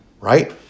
right